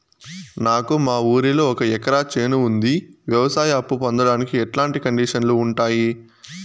నాకు మా ఊరిలో ఒక ఎకరా చేను ఉంది, వ్యవసాయ అప్ఫు పొందడానికి ఎట్లాంటి కండిషన్లు ఉంటాయి?